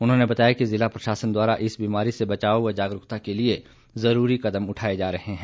उन्होंने बताया कि जिला प्रशासन द्वारा इस बीमारी से बचाव व जागरूकता के लिए जरूरी कदम उठाए जा रहे हैं